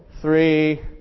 three